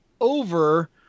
over